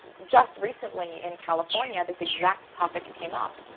just recently in california this exact topic came up,